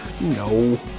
No